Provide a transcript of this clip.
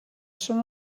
són